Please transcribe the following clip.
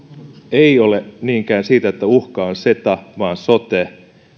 ei ole niinkään siitä että uhka on ceta vaan sote